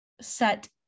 set